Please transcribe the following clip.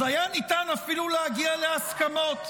אז היה ניתן אפילו להגיע להסכמות.